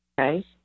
Okay